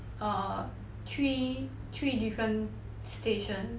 err three three different station